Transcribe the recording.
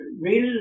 real